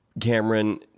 Cameron